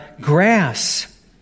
grass